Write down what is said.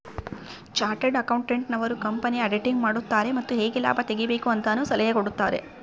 chartered accountant ನವರು ಕಂಪನಿಯ auditing ಮಾಡುತಾರೆ ಮತ್ತು ಹೇಗೆ ಲಾಭ ತೆಗಿಬೇಕು ಅಂತನು ಸಲಹೆ ಕೊಡುತಾರೆ